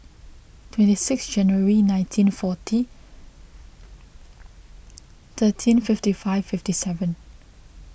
twenty six January nineteen forty thirteen fifty five fifty seven